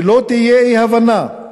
שלא תהיה אי-הבנה,